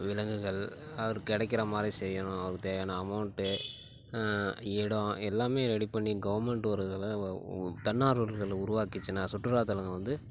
விலங்குகள் அவருக்கு கிடைக்கிற மாதிரி செய்யணும் அவருக்கு தேவையான அமௌண்ட்டு இடம் எல்லாமே ரெடி பண்ணி கவுர்மெண்ட் ஒரு இதில் தன்னார்வலர்களை உருவாக்கிச்சுன்னால் சுற்றுலாத்தலங்கள் வந்து